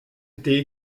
été